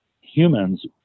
humans